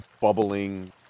bubbling